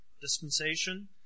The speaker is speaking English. dispensation